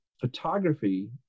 photography